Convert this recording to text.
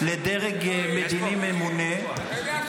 -- לדרג מדיני ממונה -- אתה יודע שזה לא יהיה.